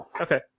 Okay